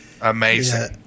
amazing